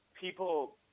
people